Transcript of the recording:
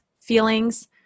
feelings